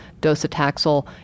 docetaxel